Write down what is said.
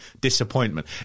disappointment